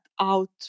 out